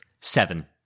Seven